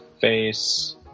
face